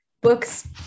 books